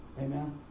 Amen